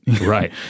Right